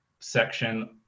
section